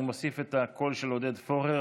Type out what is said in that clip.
ואני מוסיף את הקול של עודד פורר,